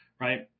right